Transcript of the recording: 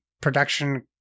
production